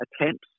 attempts